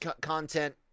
content